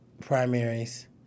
Primaries